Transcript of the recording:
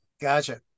Gotcha